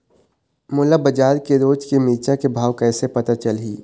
मोला बजार के रोज के मिरचा के भाव कइसे पता चलही?